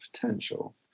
potential